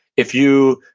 if you,